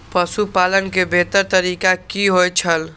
पशुपालन के बेहतर तरीका की होय छल?